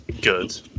good